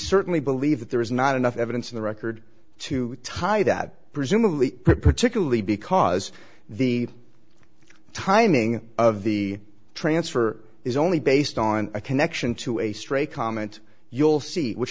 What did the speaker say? certainly believe that there is not enough evidence in the record to tie that presumably particularly because the the timing of the transfer is only based on a connection to a stray comment you'll see which